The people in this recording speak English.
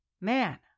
man